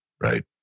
Right